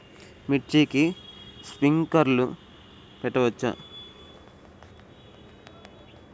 మిర్చికి స్ప్రింక్లర్లు పెట్టవచ్చా?